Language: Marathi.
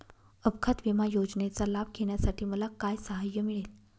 अपघात विमा योजनेचा लाभ घेण्यासाठी मला काय सहाय्य मिळेल?